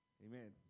Amen